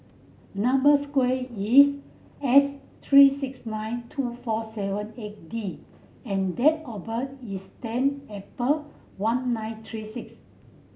number sequence is S three six nine two four seven eight D and date of birth is ten April one nine three six